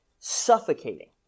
suffocating